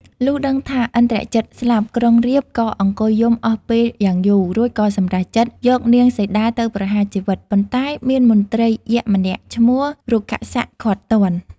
លុះដឹងថាឥន្ទ្រជិតស្លាប់ ក្រុងរាពណ៍ក៏អង្គុយយំអស់ពេលយ៉ាងយូរ រួចក៏សម្រេចចិត្ត យកនាងសីតាទៅប្រហាជីវិត ប៉ុន្តែមានមន្ត្រីយក្សម្នាក់ឈ្មោះ រុក្ខសៈឃាត់ទាន់។